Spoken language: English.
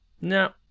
no